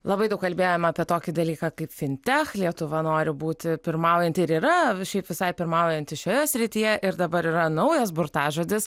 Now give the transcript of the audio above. labai daug kalbėjom apie tokį dalyką kaip fintech lietuva nori būti pirmaujanti ir yra šiaip visai pirmaujanti šioje srityje ir dabar yra naujas burtažodis